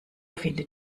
findet